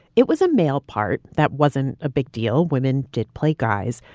it was a male part that wasn't a big deal. women did play, guys.